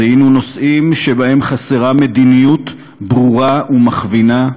זיהינו נושאים שבהם חסרה מדיניות ברורה ומכווינה,